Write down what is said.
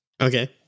Okay